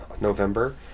November